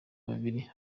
babiri